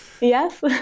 Yes